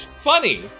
Funny